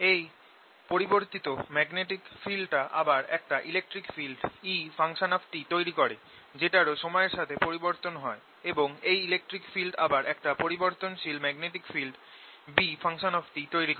এই পরিবর্তিত ম্যাগনেটিক ফিল্ডটা আবার একটা ইলেকট্রিক ফিল্ড E তৈরি করে যেটারও সময়ের সাথে পরিবর্তন হয় এবং এই ইলেকট্রিক ফিল্ড আবার একটা পরিবর্তনশীল ম্যাগনেটিক ফিল্ড B তৈরি করে